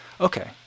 okay